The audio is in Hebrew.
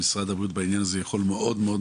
משרד הבריאות בעניין הזה יכול להועיל.